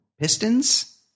Pistons